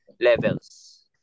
levels